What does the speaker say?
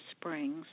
springs